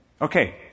Okay